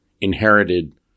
inherited